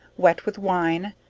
wet with wine,